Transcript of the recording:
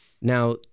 now